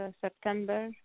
September